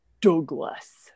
Douglas